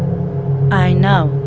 i know,